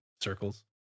circles